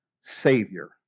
Savior